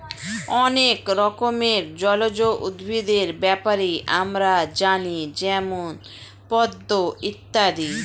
অনেক রকমের জলজ উদ্ভিদের ব্যাপারে আমরা জানি যেমন পদ্ম ইত্যাদি